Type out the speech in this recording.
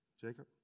Jacob